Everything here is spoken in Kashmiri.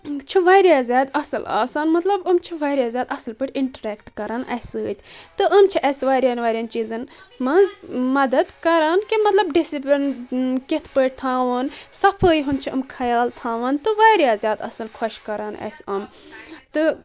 چھ واریاہ زیادٕ اصٕل آسان مطلب یِم چھ واریاہ زیادٕ اصٕل پاٹھۍ انٹریکٹ کران اسہِ سۭتۍ تہِ یِم چھ اسہِ واریاہن واریاہن چیزن منٛز مدد کران کہِ مطلب ڈِسِپٕلنۍ کتۍ پاٹھۍ تھاوُن صفٲیی ہُنٛد چھِ یِم خیال تھاوان تہٕ واریاہ زیادٕ اصٕل خوش کران اسہِ یِم تہٕ